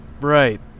right